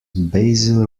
basil